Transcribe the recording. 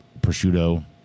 prosciutto